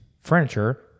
furniture